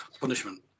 Punishment